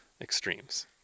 extremes